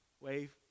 wave